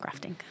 crafting